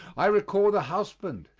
i recall the husband,